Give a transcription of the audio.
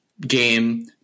game